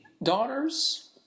Daughters